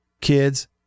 kids